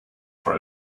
for